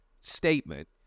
statement